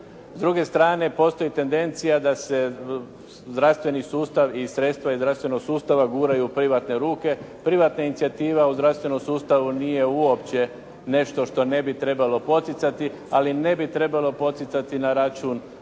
S druge strane postoji tendencija da se zdravstveni sustav i sredstva iz zdravstvenog sustava guraju u privatne ruke. Privatna inicijativa u zdravstvenom sustavu nije uopće nešto što ne bi trebalo poticati, ali ne bi trebalo poticati na račun